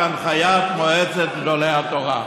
כהנחיית מועצת גדולי התורה.